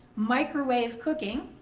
microwave cooking,